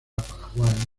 paraguay